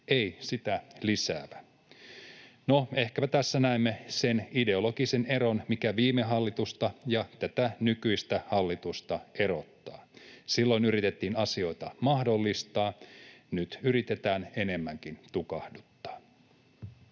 ei sitä lisäävä. No, ehkäpä tässä näemme sen ideologisen eron, mikä viime hallitusta ja tätä nykyistä hallitusta erottaa. Silloin yritettiin asioita mahdollistaa, nyt yritetään enemmänkin tukahduttaa.